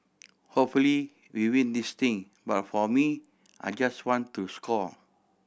hopefully we win this thing but for me I just want to score